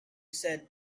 said